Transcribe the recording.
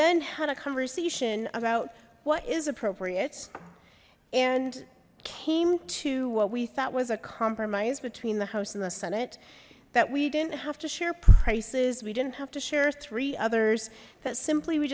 then had a conversation about what is appropriate and came to what we thought was a compromise between the house and the senate that we didn't have to share prices we didn't have to share three others that simply we